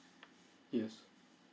yes